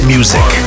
Music